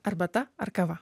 arbata ar kava